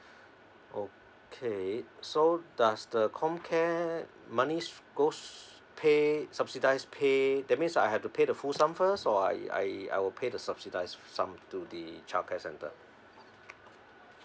okay so does the comcare money goes pay subsidize pay that means I have to pay the full sum first or I I I will pay the subsidized sum to the childcare center uh